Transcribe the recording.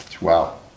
Wow